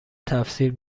تفسیر